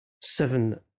seven